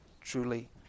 truly